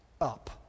up